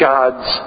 God's